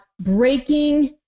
breaking